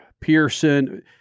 Pearson